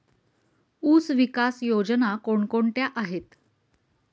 ऊसविकास योजना कोण कोणत्या आहेत?